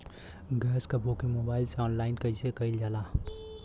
Gas क booking mobile से online कईसे कईल जाला?